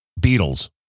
Beatles